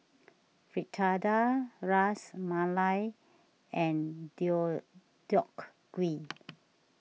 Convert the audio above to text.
Fritada Ras Malai and Deodeok Gui